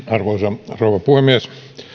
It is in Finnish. arvoisa rouva puhemies teknologian